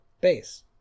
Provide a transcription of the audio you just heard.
base